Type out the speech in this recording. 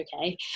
okay